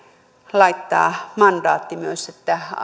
laittaa mandaatti myös että